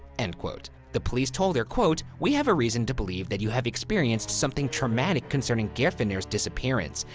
end quote. the police told her, quote, we have a reason to believe that you have experienced something traumatic concerning geirfinnur's disappearance,